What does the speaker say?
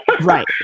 right